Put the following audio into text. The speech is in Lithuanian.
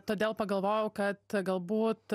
todėl pagalvojau kad galbūt